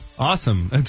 Awesome